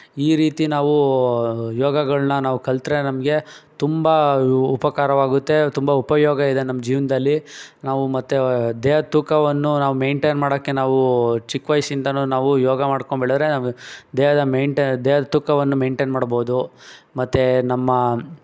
ಈ ರೀತಿ ನಾವು ಯೋಗಗಳನ್ನ ನಾವು ಕಲಿತ್ರೆ ನಮಗೆ ತುಂಬ ಉಪಕಾರವಾಗುತ್ತೆ ತುಂಬ ಉಪಯೋಗ ಇದೆ ನಮ್ಮ ಜೀವನದಲ್ಲಿ ನಾವು ಮತ್ತು ದೇಹದ್ ತೂಕವನ್ನು ನಾವು ಮೈಂಟೇನ್ ಮಾಡೋಕ್ಕೆ ನಾವು ಚಿಕ್ಕ ವಯಸ್ಸಿಂದನು ನಾವು ಯೋಗ ಮಾಡ್ಕೊಂಡು ಬೆಳೆದ್ರೆ ನಾವು ದೇಹದ ಮೈಂಟೆ ದೇಹದ ತೂಕವನ್ನು ಮೈಂಟೇನ್ ಮಾಡ್ಬೋದು ಮತ್ತು ನಮ್ಮ